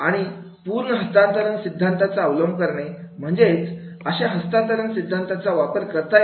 आणि पूर्ण हस्तांतरण सिद्धांताचा अवलंब करणे म्हणजेच अशा हस्तांतरण सिद्धांताचा वापर करता यावा